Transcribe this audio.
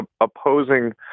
opposing